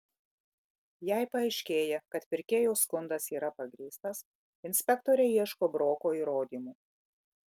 jei paaiškėja kad pirkėjo skundas yra pagrįstas inspektoriai ieško broko įrodymų